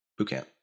bootcamp